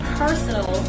personal